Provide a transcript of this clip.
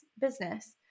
business